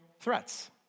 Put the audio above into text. threats